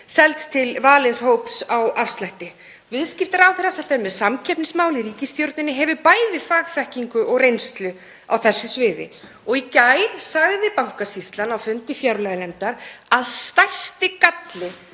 seld til valins hóps á afslætti. Viðskiptaráðherra, sem fer með samkeppnismál í ríkisstjórninni, hefur bæði fagþekkingu og reynslu á þessu sviði. Í gær sagði Bankasýslan á fundi fjárlaganefndar að stærsti galli